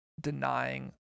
denying